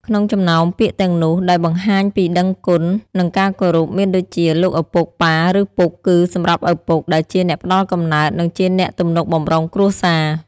ក្នុងចំណោមពាក្យទាំងនោះដែលបង្ហាញពីដឹងគុណ និងការគោរព មានដូចជា លោកឪពុក ប៉ា ឬពុកគឺ សម្រាប់ឪពុក ដែលជាអ្នកផ្ដល់កំណើត និងជាអ្នកទំនុកបម្រុងគ្រួសារ។